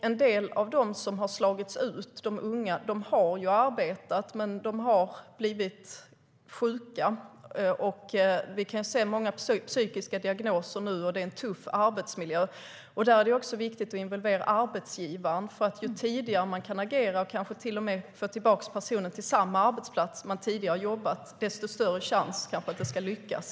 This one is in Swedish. En del av de unga som har slagits ut har haft arbete men blivit sjuka. Vi ser många psykiska diagnoser nu, och det är en tuff arbetsmiljö. Därför är det viktigt att involvera arbetsgivaren, för ju tidigare man kan agera och kanske till och med få tillbaka personen till samma arbetsplats där den tidigare har jobbat, desto större chans är det att det ska lyckas.